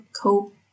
cope